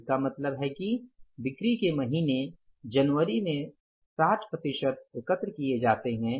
तो इसका मतलब है कि बिक्री के महीने जनवरी में 60 प्रतिशत एकत्र किए जाते हैं